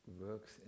works